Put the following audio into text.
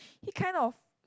he kind of